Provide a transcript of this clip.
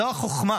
זו החוכמה